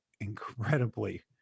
incredibly